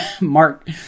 Mark